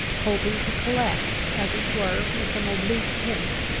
hoping to collect as it were from some oblique hint,